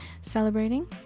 celebrating